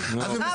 כן.